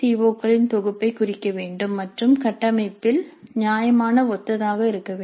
ஓ களின் தொகுப்பைக் குறிக்க வேண்டும் மற்றும் கட்டமைப்பில் நியாயமான ஒத்ததாக இருக்க வேண்டும்